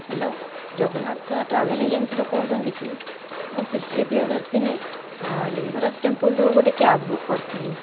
hello Jagannath travel ଏଜେନ୍ସିରୁ କହୁଛନ୍ତି କି ମୁଁ ସୁଶ୍ରୀ ପ୍ରିୟଦର୍ଶିନୀ ଲିଙ୍ଗରାଜ ଟେମ୍ପୁଲରୁ ଗୋଟିଏ କ୍ୟାବ୍ ବୁକ୍ କରିଥିଲି